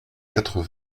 quatre